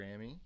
grammy